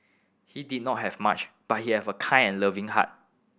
he did not have much but he have a kind and loving heart